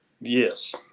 Yes